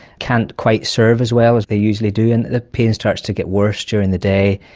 can't quite serve as well as they usually do, and the pain starts to get worse during the day,